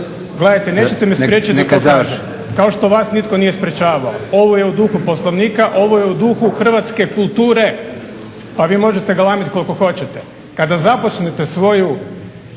… dok ne završim kao što vas nitko nije sprječavao. Ovo je u duhu Poslovnika, ovo je u duhu hrvatske kulture, pa vi možete galamiti koliko hoćete. Kada započnete svoju